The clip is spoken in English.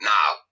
Now